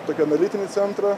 tokį analitinį centrą